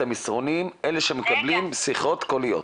המסרונים אלא אלה שמקבלים שיחות קוליות.